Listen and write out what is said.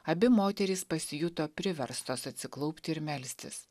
abi moterys pasijuto priverstos atsiklaupti ir melstis